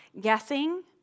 guessing